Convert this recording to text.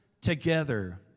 together